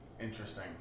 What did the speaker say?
interesting